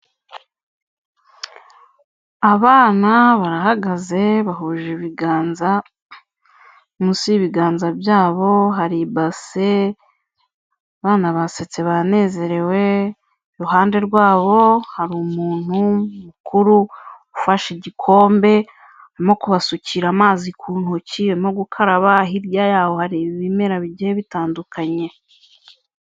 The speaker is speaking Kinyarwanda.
Abana barahagaze bahuje ibiganza, munsi y'ibiganza byabo hari ibase, abana basetse banezerewe iruhande rwabo hari umuntu mukuru ufashe igikombe urimo kubasukira amazi ku ntoki no gukaraba, hirya yaho hari ibimera bigiye bitandukanye.